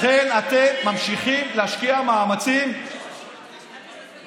לכן אתם ממשיכים להשקיע מאמצים בצוללות.